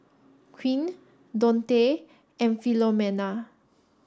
Quint Dontae and Philomena